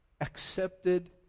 accepted